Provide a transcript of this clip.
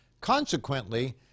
Consequently